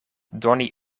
doni